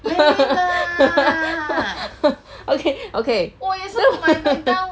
okay okay